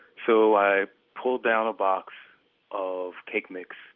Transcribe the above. so i pulled down a box of cake mix.